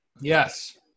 Yes